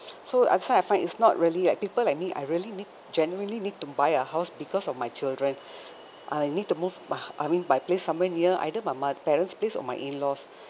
so that's why I find it's not really like people like me I really need genuinely need to buy a house because of my children I will need to move my I mean my place somewhere near either my m~ parents place on my inlaws